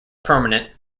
permanent